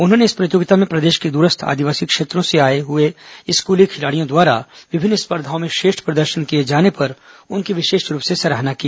उन्होंने इस प्रतियोगिता में प्रदेश के दूरस्थ आदिवासी क्षेत्रों से आए हुए स्कूली खिलाड़ियों द्वारा विभिन्न स्पर्धाओं में श्रेष्ठ प्रदर्शन किए जाने पर उनकी विशेष रूप से सराहना की